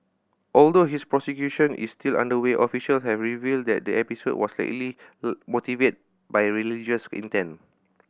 although his prosecution is still underway official have revealed that the episode was highly motivated by religious intent